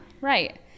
right